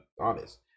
honest